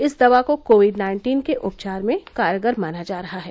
इस दवा को कोविड नाइन्टीन के उपचार में कारगर माना जा रहा है